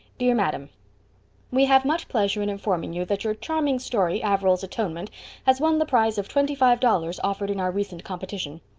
dear madam we have much pleasure in informing you that your charming story averil's atonement has won the prize of twenty-five dollars offered in our recent competition.